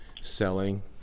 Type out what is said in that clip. selling